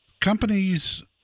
Companies